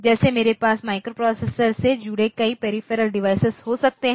जैसे मेरे पास माइक्रोप्रोसेसर से जुड़े कई पेरीफेरल डिवाइस हो सकते हैं